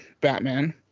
batman